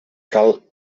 cal